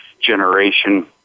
generation